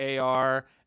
ar